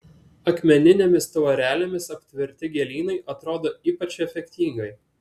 akmeninėmis tvorelėmis aptverti gėlynai atrodo ypač efektingai